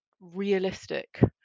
realistic